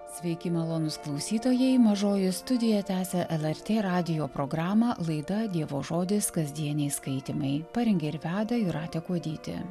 sveiki malonūs klausytojai mažoji studija tęsia lrt radijo programą laida dievo žodis kasdieniai skaitymai parengė ir veda jūratė kuodytė